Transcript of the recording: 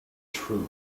true